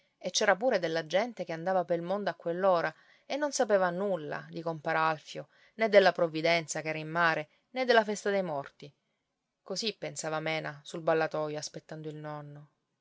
e c'era pure della gente che andava pel mondo a quell'ora e non sapeva nulla di compar alfio né della provvidenza che era in mare né della festa dei morti così pensava mena sul ballatoio aspettando il nonno